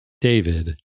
David